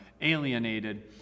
alienated